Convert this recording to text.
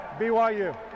BYU